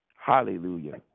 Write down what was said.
Hallelujah